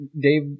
dave